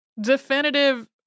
definitive